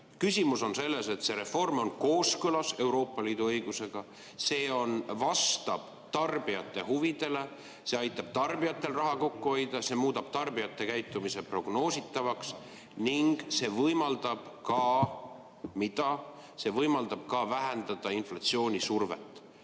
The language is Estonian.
Küsimus on selles, et see reform on kooskõlas Euroopa Liidu õigusega, see vastab tarbijate huvidele, see aitab tarbijatel raha kokku hoida, see muudab tarbijate käitumise prognoositavaks ning see võimaldab ka vähendada inflatsiooni survet.